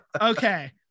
Okay